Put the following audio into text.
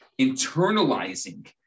internalizing